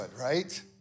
right